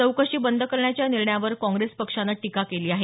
चौकशी बंद करण्याच्या या निर्णयावर काँग्रेस पक्षानं टीका केली आहे